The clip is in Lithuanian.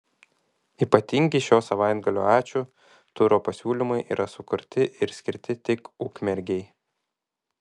ypatingi šio savaitgalio ačiū turo pasiūlymai yra sukurti ir skirti tik ukmergei